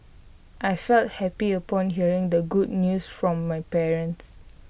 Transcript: I felt happy upon hearing the good news from my parents